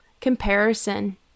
comparison